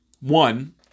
One